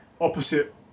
opposite